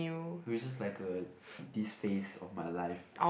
no is just like a this phase of my life